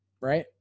right